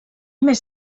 més